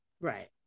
Right